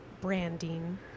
branding